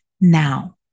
now